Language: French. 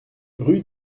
rue